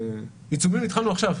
עיצומים התחלנו עכשיו.